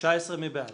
נפלה.